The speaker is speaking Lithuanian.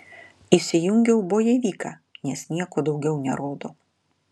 įsijungiau bojevyką nes nieko daugiau nerodo